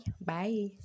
Bye